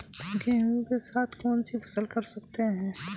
गेहूँ के साथ कौनसी फसल कर सकते हैं?